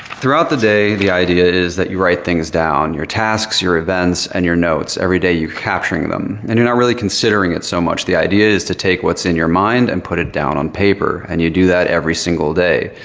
throughout the day, the idea is that you write things down. your tasks, your events and your notes. every day, you're capturing them, and you're not really considering it so much. the idea is to take what's in your mind and put it down on paper, and you do that every single day.